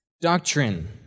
doctrine